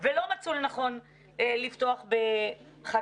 ולא מצאו לנכון לפתוח בחקירה,